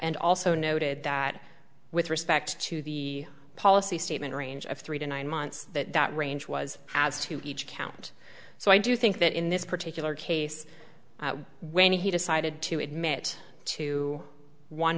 nd also noted that with respect to the policy statement a range of three to nine months that that range was to each count so i do think that in this particular case when he decided to admit to one